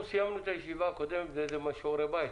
אנחנו סיימנו את הישיבה הקודמת עם שיעורי בית,